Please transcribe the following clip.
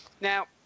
now